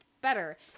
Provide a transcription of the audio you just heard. better